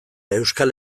euskal